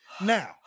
Now